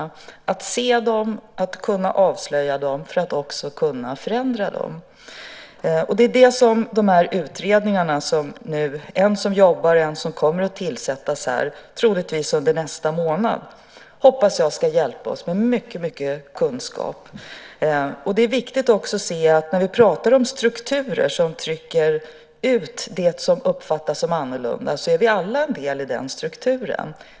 Vi måste se dem för att kunna avslöja dem och för att också kunna förändra dem. Det är det som jag hoppas att de här utredningarna - en som jobbar och en som kommer att tillsättas, troligtvis under nästa månad - ska hjälpa oss med mycket kunskap om. Det är också viktigt att se att när vi pratar om strukturer som trycker ut det som uppfattas som annorlunda är vi alla en del i de strukturerna.